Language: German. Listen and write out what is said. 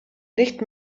nicht